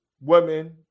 women